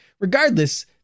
Regardless